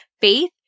Faith